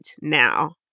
now